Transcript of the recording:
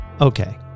Okay